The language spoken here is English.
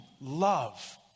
love